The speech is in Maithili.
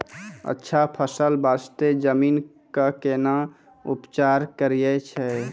अच्छा फसल बास्ते जमीन कऽ कै ना उपचार करैय छै